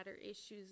issues